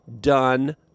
done